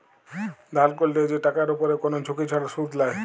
ধার ক্যরলে যে টাকার উপরে কোন ঝুঁকি ছাড়া শুধ লায়